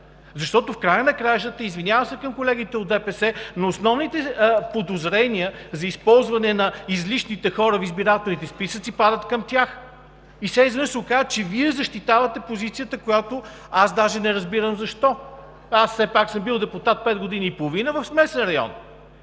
Защото в края на краищата, извинявам се на колегите от ДПС, но основните подозрения за използване на излишните хора в избирателните списъци, падат към тях. И сега изведнъж се оказва, че Вие защитавате позицията, и аз даже не разбирам защо! Все пак съм бил депутат пет години и половина в смесен район